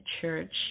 church